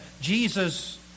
Jesus